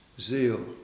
zeal